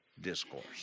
Discourse